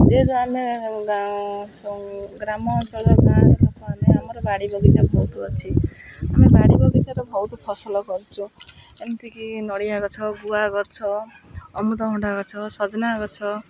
ଯେହେତୁ ଆମେ ଗ୍ରାମାଞ୍ଚଳର ଗାଁରେ ଲୋକମାନେ ଆମର ବାଡ଼ି ବଗିଚା ବହୁତ ଅଛି ଆମେ ବାଡ଼ି ବଗିଚାରେ ବହୁତ ଫସଲ କରୁଛୁ ଏମିତିକି ନଡ଼ିଆ ଗଛ ଗୁଆ ଗଛ ଅମୃତଭଣ୍ଡା ଗଛ ସଜନା ଗଛ